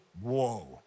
whoa